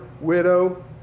widow